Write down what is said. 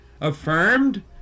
affirmed